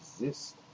exist